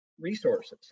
resources